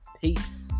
Peace